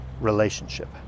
relationship